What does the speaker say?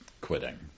quitting